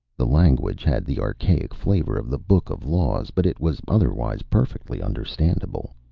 the language had the archaic flavor of the book of laws, but it was otherwise perfectly understandable.